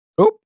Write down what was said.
Oop